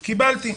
קיבלתי,